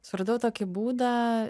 suradau tokį būdą